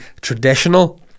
traditional